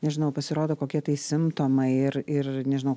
nežinau pasirodo kokie tai simptomai ir ir nežinau